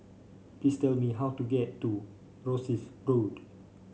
please tell me how to get to Rosyth Road